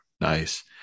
Nice